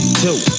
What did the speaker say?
two